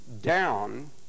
down